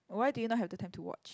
why do you not have the time to watch